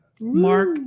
Mark